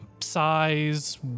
size